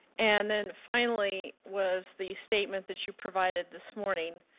and then finally, was the statement that you provided this morning,